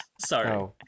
Sorry